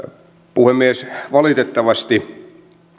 puhemies valitettavasti